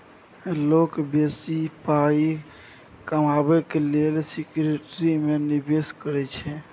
लोक बेसी पाइ कमेबाक लेल सिक्युरिटी मे निबेश करै छै